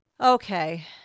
okay